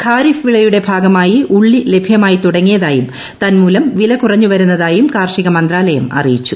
ഖാരിഫ് വിളയുടെ ഭാഗമായി ഉള്ളികൾ ലഭ്യമായി തുടങ്ങിയതായും തന്മൂലം വില കുറഞ്ഞു വരുന്നതായും കാർഷിക മന്ത്രാലയം അറിയിച്ചു